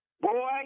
boy